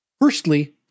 Firstly